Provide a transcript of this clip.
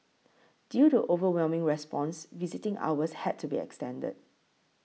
due to overwhelming response visiting hours had to be extended